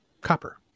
copper